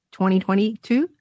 2022